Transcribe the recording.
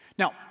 Now